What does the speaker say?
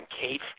Kate